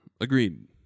Agreed